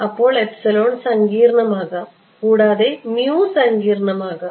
അപ്പോൾ സങ്കീർണമാകാം കൂടാതെ സങ്കീർണം ആകാം